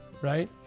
right